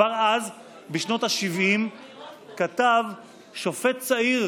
כבר אז בשנות השבעים שופט צעיר